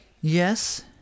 Yes